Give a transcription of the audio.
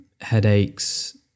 Headaches